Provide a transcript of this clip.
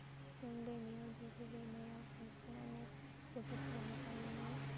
जों दैमायाव दुगैहैनायाव सानस्रिनानै जोबोद रंजायोमोन